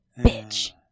Bitch